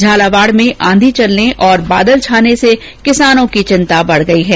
झालावाड़ में आंधी चलने और बादल छाने से किसानों की चिंता बढ गई है